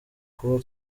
kuba